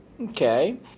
Okay